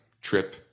trip